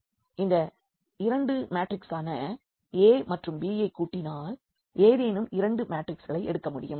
எனவே நாம் இந்த 2 மேட்ரிக்ஸான a மற்றும் b ஐ கூட்டினால் ஏதேனும் 2 மேட்ரிக்ஸ்களை எடுக்க முடியும்